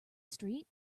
street